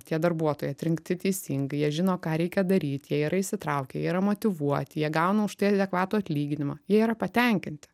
tie darbuotojai atrinkti teisingai jie žino ką reikia daryti jie yra įsitraukę jie yra motyvuoti jie gauna už tai adekvatų atlyginimą jie yra patenkinti